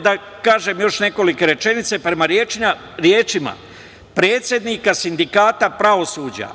da kažem još nekoliko rečenica. Prema rečima predsednika Sindikata pravosuđa,